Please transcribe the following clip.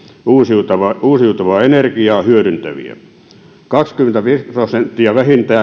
uusiutuvaa uusiutuvaa energiaa hyödyntäviä vähintään kaksikymmentäviisi prosenttia